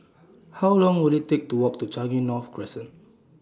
How Long Will IT Take to Walk to Changi North Crescent